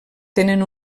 tenen